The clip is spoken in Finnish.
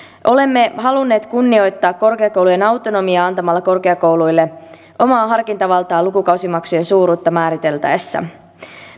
olemme halunneet kunnioittaa korkeakoulujen autonomiaa antamalla korkeakouluille omaa harkintavaltaa lukukausimaksujen suuruutta määriteltäessä